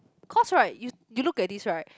cause right you you look at this right